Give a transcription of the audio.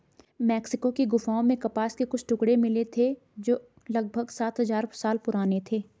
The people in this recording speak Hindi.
मेक्सिको की गुफाओं में कपास के कुछ टुकड़े मिले थे जो लगभग सात हजार साल पुराने थे